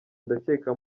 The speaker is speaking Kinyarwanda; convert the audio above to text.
ndakeka